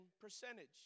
percentage